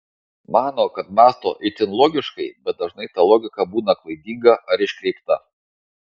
mano kad mąsto itin logiškai bet dažnai ta logika būna klaidinga ar iškreipta